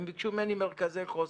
הם ביקשו ממני מרכזי חוסן.